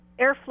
airflow